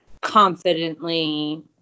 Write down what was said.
confidently